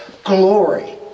glory